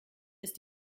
ist